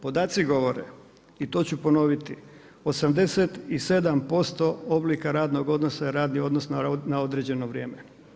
Podaci govore i to ću ponoviti 87% oblika radnog odnosa, je radni odnos na određeni vrijeme.